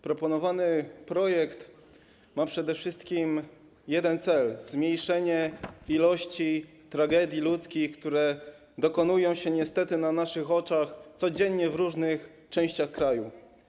Proponowany projekt ma przede wszystkim jeden cel, zmniejszenie ilości tragedii ludzkich, do których dochodzi niestety na naszych oczach codziennie w różnych częściach kraju.